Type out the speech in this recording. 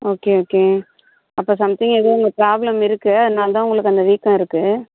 okay okay அப்போ something ஏதோ அங்கே ப்ராப்லம் இருக்குது அதனால் தான் உங்களுக்கு அந்த வீக்கம் இருக்குது